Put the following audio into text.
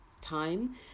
time